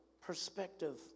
perspective